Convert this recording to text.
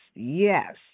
Yes